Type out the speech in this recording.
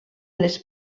les